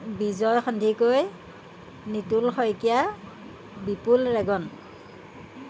Vijay Sandikai Nitul Saikia Bipul Regon